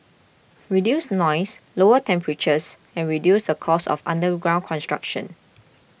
reduce noise lower temperatures and reduce the cost of underground construction